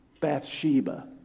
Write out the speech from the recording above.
Bathsheba